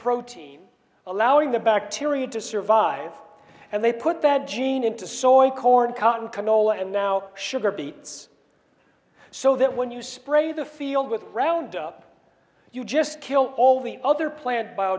protein allowing the bacteria to survive and they put that gene into soil corn cotton canola and now sugar beets so that when you spray the field with roundup you just kill all the other plant